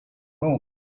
moment